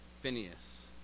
Phineas